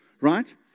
right